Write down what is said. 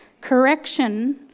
Correction